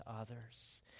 others